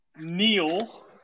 Neil